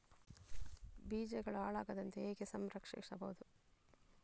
ಬೀಜಗಳು ಹಾಳಾಗದಂತೆ ಹೇಗೆ ಸಂರಕ್ಷಿಸಬಹುದು?